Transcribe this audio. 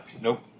nope